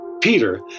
Peter